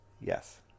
Yes